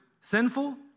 sinful